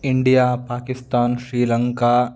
India Pakistan Sri Lanka